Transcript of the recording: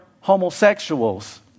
homosexuals